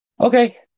Okay